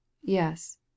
yes